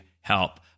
help